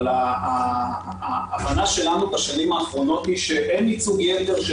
אבל ההבנה שלנו בשנים האחרונות היא שאין ייצוג יתר של